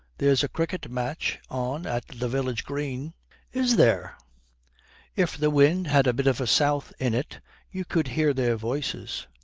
there's a cricket match on at the village green is there if the wind had a bit of south in it you could hear their voices.